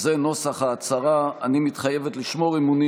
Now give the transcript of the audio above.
זה נוסח ההצהרה: אני מתחייבת למלא אמונים